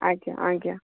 ଆଜ୍ଞା ଆଜ୍ଞା